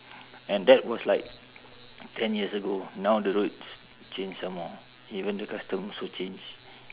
and that was like ten years ago now the roads change some more even the custom also change